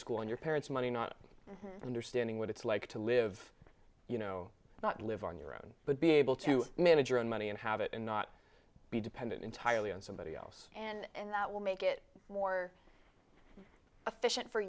school in your parents money not understanding what it's like to live you know not live on your own but be able to manage your own money and have it and not be dependent entirely on somebody else and that will make it more efficient for